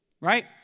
Right